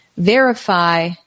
Verify